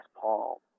Paul